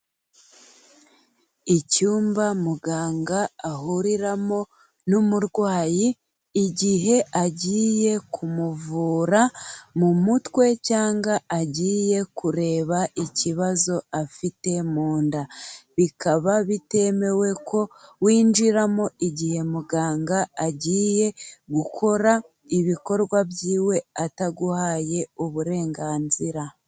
Icyumba muganga ahuriramo n'umurwayi, igihe agiye kumuvura mu mutwe cyangwa agiye kureba ikibazo afite mu nda. Bikaba bitemewe ko winjiramo igihe muganga agiye gukora ibikorwa byiwe, ataguhaye uburenganzira.